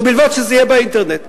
ובלבד שזה יהיה באינטרנט.